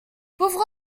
pauvre